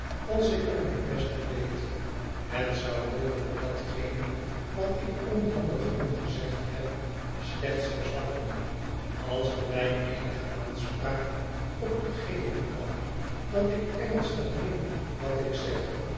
als ik er mijn best toe deed het zou mogelijk datgene wat ik onhandig genoeg gezegd heb slechts verzwakken als het mij eenige aansprak op u geven kan dat ik ernstig meen wat ik zeg